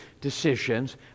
decisions